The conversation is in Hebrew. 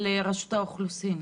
של רשות האוכלוסין.